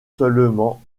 seulement